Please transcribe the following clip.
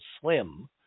SLIM